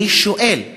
אני שואל,